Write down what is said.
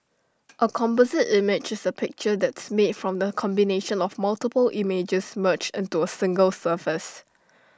A composite image is A picture that's made from the combination of multiple images merged into A single surface